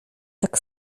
tak